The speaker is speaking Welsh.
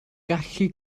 gallu